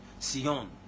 Sion